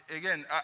again